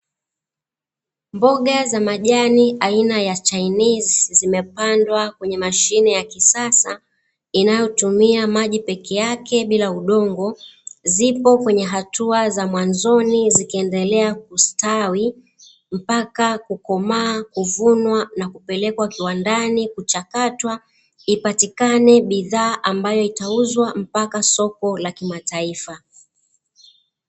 Mboga za majani aina ya chainizi zimepandwa kwenye mashine ya kisasa, inayotumia maji peke yake bila udongo, zipo kwenye hatua za mwanzoni zikiendelea kustawi, mpaka kukomaa kuvunwa na kupelekwa kiwandani kuchakatwa, ipatikane bidhaa ambayo itauzwa mpaka soko la kimataifa.